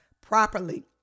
properly